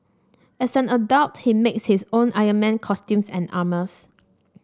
as an adult he makes his own Iron Man costumes and armours